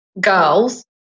girls